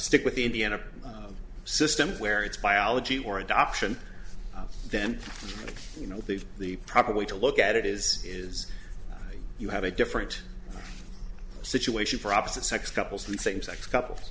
stick with the indiana system where it's biology or adoption then you know the the probably to look at it is is you have a different situation for opposite sex couples and same sex couples